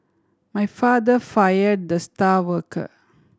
my father fire the star worker